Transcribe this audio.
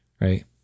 right